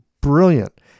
brilliant